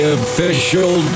official